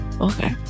Okay